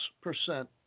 percent